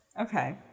Okay